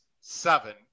Seven